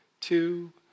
two